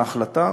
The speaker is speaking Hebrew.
והחלטה